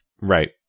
Right